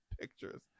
pictures